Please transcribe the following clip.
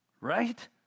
Right